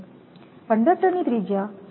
કંડક્ટરની ત્રિજ્યા 0